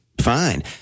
fine